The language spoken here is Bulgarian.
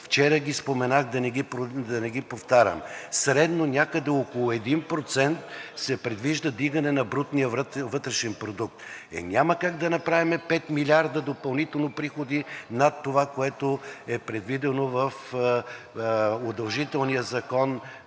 вчера ги споменах, да не ги повтарям. Средно някъде около 1% се предвижда вдигане на брутния вътрешен продукт. Е, няма как да направим 5 милиарда допълнително приходи над това, което е предвидено в удължителния закон